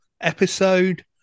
episode